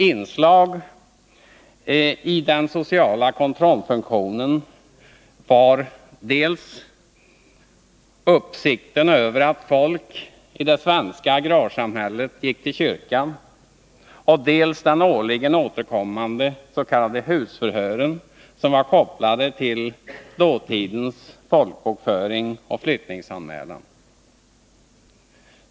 Inslag i den sociala kontrollfunktionen var dels uppsikten över att folk i det svenska agrarsamhället gick till kyrkan, dels de årligen återkommande så kallade husförhören som var kopplade till dåtidens folkbokföring och flyttningsanmälan.